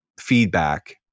feedback